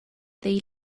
they